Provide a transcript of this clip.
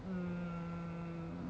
mmhmm